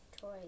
toys